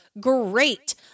great